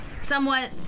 somewhat